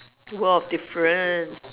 world of difference